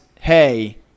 hey